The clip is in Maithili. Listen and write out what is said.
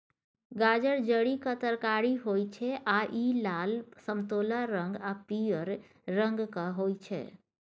गाजर जड़िक तरकारी होइ छै आ इ लाल, समतोला रंग आ पीयर रंगक होइ छै